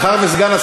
זה מכובד ציבורית?